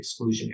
exclusionary